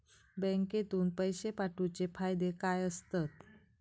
बँकेतून पैशे पाठवूचे फायदे काय असतत?